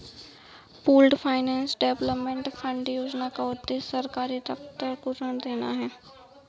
pooled finance development fund योजना का उद्देश्य सरकारी दफ्तर को ऋण देना है